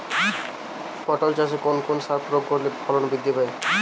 পটল চাষে কোন কোন সার প্রয়োগ করলে ফলন বৃদ্ধি পায়?